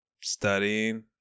Studying